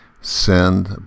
Send